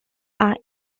are